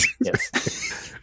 Yes